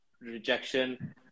rejection